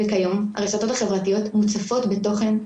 וכיום הרשתות החברתיות מוצפות בתוכן.